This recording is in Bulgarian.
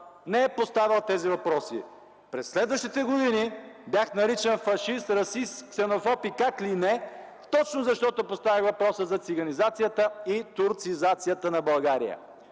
не е поставял тези въпроси! През следващите години бях наричан фашист, расист, ксенофоб и как ли не, точно защото поставих въпроса за циганизацията и турцизацията на България!